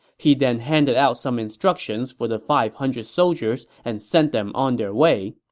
he then handed out some instructions for the five hundred soldiers and sent them on their way.